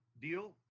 deal